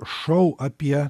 šou apie